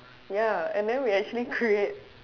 ya and then we actually create